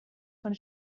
von